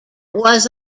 was